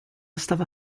stava